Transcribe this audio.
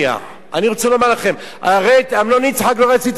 אני רוצה לומר לכם: הרי את אמנון יצחק לא רציתם בצבא,